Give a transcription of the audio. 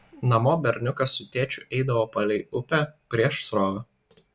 namo berniukas su tėčiu eidavo palei upę prieš srovę